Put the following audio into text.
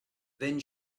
then